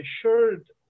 assured